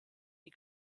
die